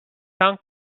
cent